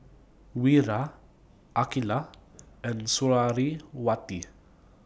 Wira Aqilah and Suriawati